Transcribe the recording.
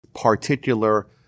particular